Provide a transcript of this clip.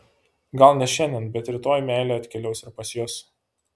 gal ne šiandien bet rytoj meilė atkeliaus ir pas jus